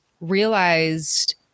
realized